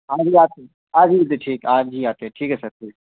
ابھی آتے ہیں ابھی ابھی ٹھیک ہے آج ہی آتے ہیں ٹھیک ہے سر ٹھیک